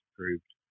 proved